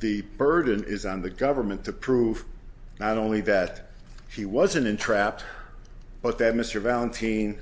the burden is on the government to prove not only that she wasn't entrapped but that mr valentino